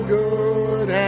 good